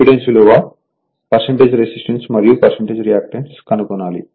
impedance విలువ resistance మరియు reactance కనుగొనాలి